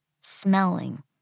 smelling